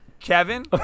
kevin